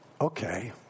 okay